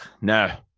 No